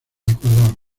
ecuador